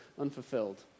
unfulfilled